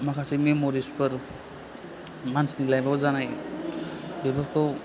माखासे मेमरिसफोर मानसिनि लाइफआव जानाय बेफोरखौ